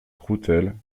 croutelle